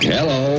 Hello